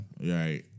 Right